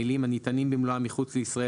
המילים "הניתנים במלואם מחוץ לישראל